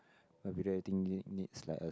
my video editing need needs like a